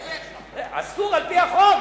אסור על-פי החוק.